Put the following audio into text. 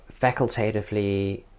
facultatively